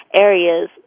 areas